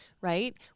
right